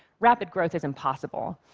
rapid growth is impossible.